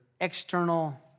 external